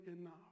enough